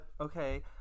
Okay